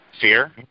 Fear